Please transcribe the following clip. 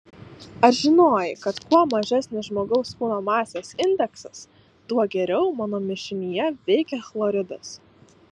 ar žinojai kad kuo mažesnis žmogaus kūno masės indeksas tuo geriau mano mišinyje veikia chloridas